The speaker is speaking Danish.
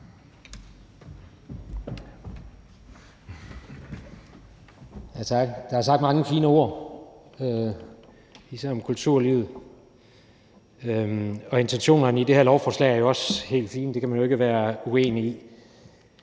Der er sagt mange fine ord, især om kulturlivet, og intentionerne i det her lovforslag er jo også helt fine, dem kan man ikke være uenig i.